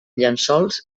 llençols